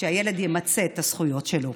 שהילד ימצה את הזכויות שלו.